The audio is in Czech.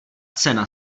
cena